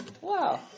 Wow